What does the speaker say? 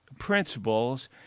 principles